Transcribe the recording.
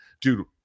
Dude